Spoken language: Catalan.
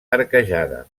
arquejada